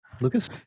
Lucas